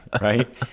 Right